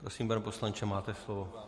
Prosím, pane poslanče, máte slovo.